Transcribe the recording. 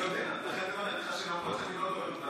אני יודע, ולכן אני מראה לך,